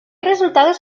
resultados